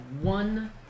one